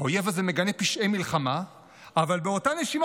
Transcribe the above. האויב הזה מגנה פשעי מלחמה אבל באותה נשימה